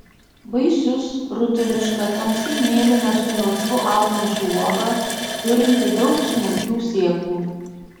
vaisius rutuliška tamsiai mėlyna su melsvu apnašu uoga turinti daug smulkių sėklų